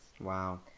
wow